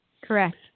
Correct